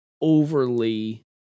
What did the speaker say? overly